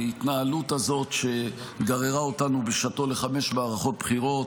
ההתנהלות הזאת שגררה אותנו בשעתו לחמש מערכות בחירות,